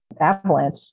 avalanche